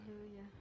hallelujah